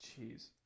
Jeez